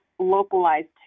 localized